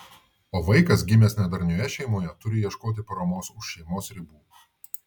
o vaikas gimęs nedarnioje šeimoje turi ieškoti paramos už šeimos ribų